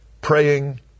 praying